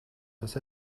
dass